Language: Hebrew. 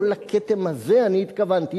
לא לכתם הזה אני התכוונתי,